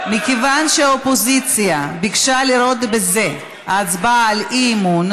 מכיוון שהאופוזיציה ביקשה לראות בזה הצבעה על אי-אמון,